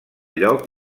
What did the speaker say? lloc